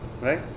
Right